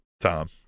Tom